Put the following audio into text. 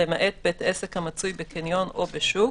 למעט בית עסק המצוי בקניון או בשוק,(א)